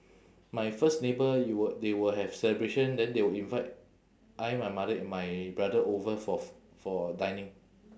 my first neighbour you will they will have celebration then they will invite I my mother and my brother over for f~ for dining